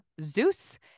Zeus